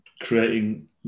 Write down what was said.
creating